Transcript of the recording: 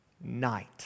night